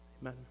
Amen